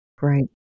Right